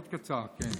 מאוד קצר, כן.